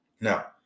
now